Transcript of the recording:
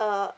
uh